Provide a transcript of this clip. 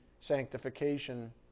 sanctification